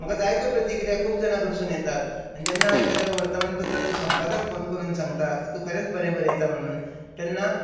म्हाका जाय त्यो प्रतिक्रिया खूब जाणा कडसून येतात आनी जेन्ना एकादो वर्तमान पत्राचो संपादक फोन करून सांगता की तूं खरेंच बरें बरयतां म्हणून तेन्ना